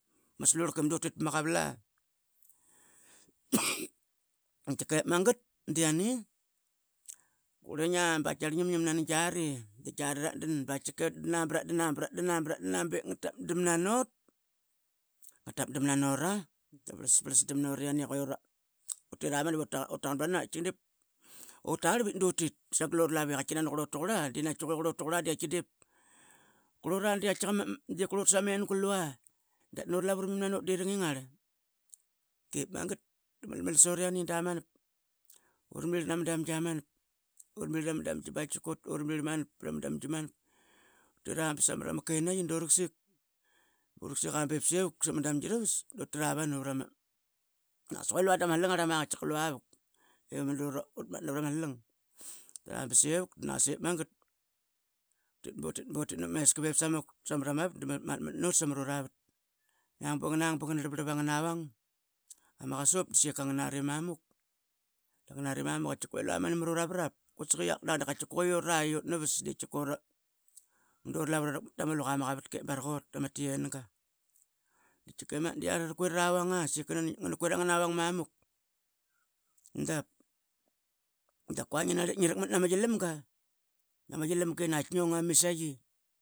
Slurlka i madutit pa ma qavala. Tkike magat diane qurlinga ba katkiakar ngi minigiam nani glari di giari ratdan bratdana bratdana bratdana be ngra tapdamna nora. Da vrlas prlas dam noriane que utira manap ur taqan brana. Dip utarl vit dutit sagal ura lavu l katki nani qrlot tuqrla di katki dip qrlot samingul lua. Dap nanu ralavu ra mingim na not di ringingarl, dip magat da malmal soriane da manap ura marlir na ma damgi amanap ura marirla na ma damgi ba katkika ura marilr manap pra ma damgi manap ura marirla ba samra ma kenaiqi. Du raksik urak sik ba sevuk sap ma dangi ravas du tira vanu naqa sa lua dama slang arlam a lua vak l madu ratmatna pra ma slang utira ba sivuk. Di magat dutit butit butit nap meska bip samuk samra ma vat. Da matmat mat not sama ru ravat nganang ba ngana rlaprlap anga vang ama qasup da saiyika ngnari mamuk da ngnari mamuk da ngnari mamuk lua manu mara ma varap. Quasik i aqak nauqau tkikora utnavas. Mudu ralavu tamu luqa ma qavatk ip barak ut ama tienga di magat di iari ruquiram ara vanga saiyika ngna quiram angna vang mamuk dap qua ngi narlep ngi rakmat nama yilamga ama yilamga i nakatki ngiong rakmat nama ama misaiqi.